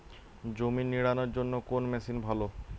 জমি নিড়ানোর জন্য কোন মেশিন ভালো?